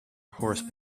horse